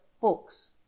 books